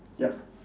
ya